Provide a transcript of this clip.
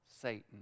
Satan